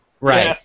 Right